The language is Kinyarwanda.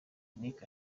nic